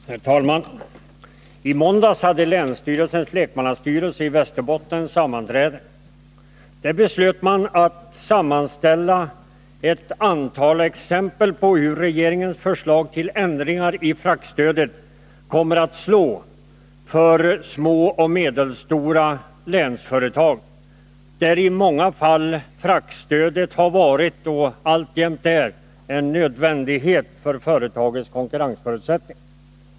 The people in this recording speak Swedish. Herr talman! I måndags hade länsstyrelsens lekmannastyrelse i Västerbotten sammanträde. Där beslöt man att sammanställa ett antal exempel på hur regeringens förslag till ändringar i fraktstödet kommer att slå för små och medelstora länsföretag, där fraktstödet i många fall har varit och alltjämt är en nödvändighet för företagets konkurrensförutsättningar.